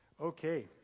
Okay